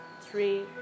three